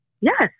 Yes